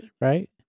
right